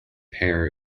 pair